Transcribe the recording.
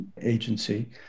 agency